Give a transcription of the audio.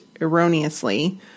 erroneously